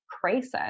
crisis